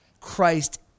Christ